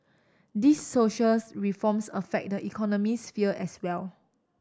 these socials reforms affect the economic sphere as well